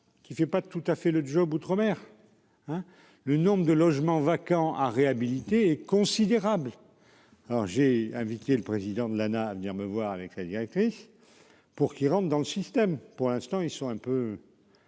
qui ne fait pas tout à fait le job outre-mer hein. Le nombre de logements vacants à réhabiliter est considérable. Alors j'ai invité le président de l'à venir me voir avec la directrice. Pour qu'qui rentrent dans le système pour l'instant ils sont un peu.